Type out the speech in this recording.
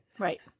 Right